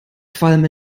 qualm